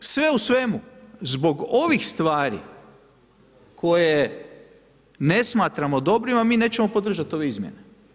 Sve u svemu, zbog ovih stvari koje ne smatramo dobrima mi nećemo podržati ove izmjene.